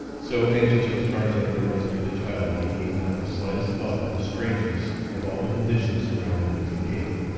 so anxious was tarzan to rescue the child that he gave not the slightest thought to the strangeness of all the conditions surrounding the kincaid.